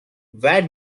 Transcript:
where